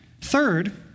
Third